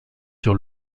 sur